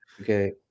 okay